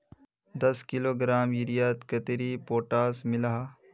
दस किलोग्राम यूरियात कतेरी पोटास मिला हाँ?